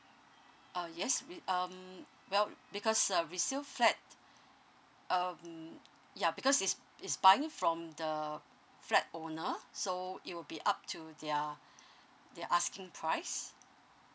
uh yes we um well because uh resale flat um ya because it's it's buying from the flat owner so it will be up to their their asking price